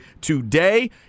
today